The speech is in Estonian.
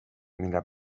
mille